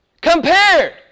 compared